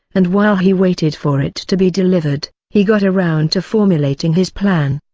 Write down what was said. and while he waited for it to be delivered, he got around to formulating his plan.